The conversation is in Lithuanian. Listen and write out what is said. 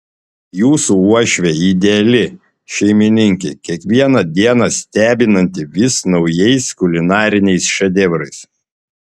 jūsų uošvė ideali šeimininkė kiekvieną dieną stebinanti vis naujais kulinariniais šedevrais